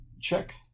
check